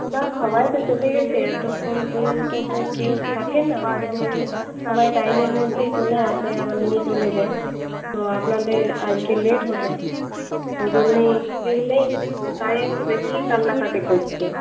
না সবাই তো চলে গিয়েছে এতক্ষণ পর্যন্ত তো কেউ থাকে না মোটামুটি সবাই টাইমের মধ্যেই চলে আসে আবার নিয়ে চলে যায় তো আপনাদের আজকে লেট হলো ওই জন্যেই কেউ নেই তাই একটু বেশিই কান্নাকাটি করছে